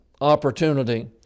opportunity